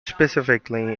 specifically